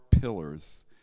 Pillars